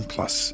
Plus